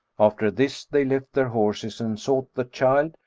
after this they left their horses and sought the child,